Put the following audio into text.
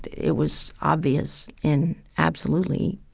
it was obvious in absolutely